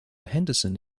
henderson